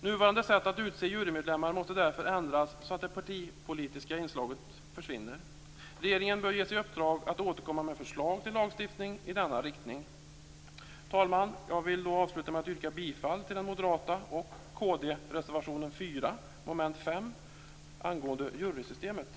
Nuvarande sätt att utse jurymedlemmar måste därför ändras så att det partipolitiska inslaget försvinner. Regeringen bör ges i uppdrag att återkomma med förslag till lagstiftning i denna riktning. Herr talman! Jag vill avsluta med att yrka bifall till den moderata och kristdemokratiska reservationen